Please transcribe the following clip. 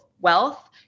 wealth